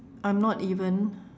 I'm not even